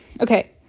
Okay